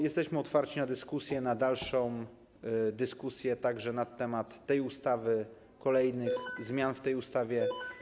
Jesteśmy otwarci na dyskusję, na dalszą dyskusję także na temat tej ustawy, kolejnych zmian w tej ustawie.